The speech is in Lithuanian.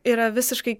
yra visiškai